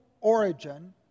origin